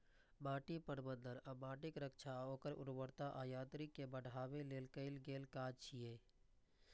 माटि प्रबंधन माटिक रक्षा आ ओकर उर्वरता आ यांत्रिकी कें बढ़ाबै लेल कैल गेल काज छियै